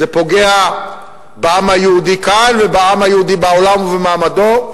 זה פוגע בעם היהודי כאן ובעם היהודי בעולם ובמעמדו.